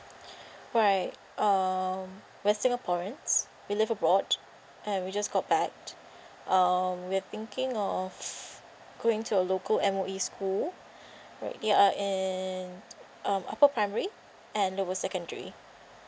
alright um we're singaporeans we live abroad and we just got back um we're thinking of going to a local M_O_E school right they are in um upper primary and lower secondary